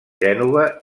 gènova